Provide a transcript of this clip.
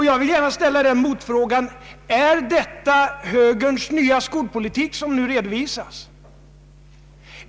Jag vill gärna ställa några motfrågor: Är det högerns nya skolpolitik som här redovisas?